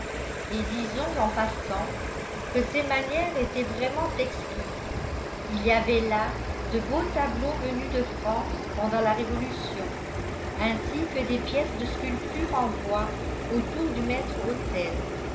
et disons en passant que ses manières étaient vraiment exquises il y avait là de beaux tableaux venus de france pendant la révolution ainsi que des pièces de sculpture en bois autour du